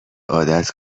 عادت